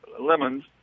lemons